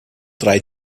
drei